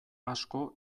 asko